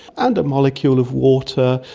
and a molecule of water,